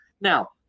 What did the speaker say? Now